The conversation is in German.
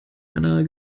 einer